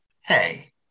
hey